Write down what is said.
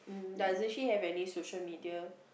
doesn't she have any social media